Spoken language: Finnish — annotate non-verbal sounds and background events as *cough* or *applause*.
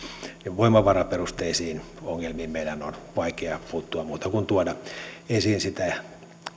voimavaraperusteisiin ongelmiin meidän on vaikea puuttua muuten kuin *unintelligible* *unintelligible* *unintelligible* *unintelligible* tuomalla esiin sitä ja